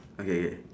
okay K